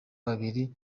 babiri